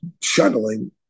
shuttling